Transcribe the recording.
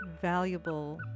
valuable